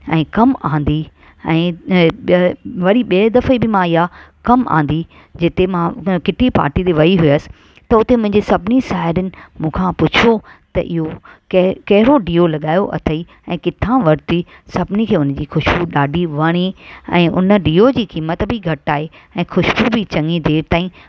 ऐं कमु आंदी ऐं ॿ ॿ वरी ॿिए दफ़े बि मां इहा कमु आंदी जिते मां किट्टी पार्टी में वेई हुअसि त उते मुंहिंजी सभिनी साहेणियुनि मूं खां पुछियो त इहो के कहिड़ो डीओ लॻायो अथई ऐं किथां वरिती सभिनी खे हुनजी ख़ुशबू ॾाढी वणी ऐं हुन डीओ जी क़ीमत बि घटि आहे ऐं ख़ुशबू बि चंङी देरि ताईं